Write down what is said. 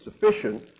sufficient